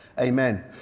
Amen